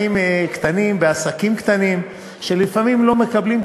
מסכים לפגיעה?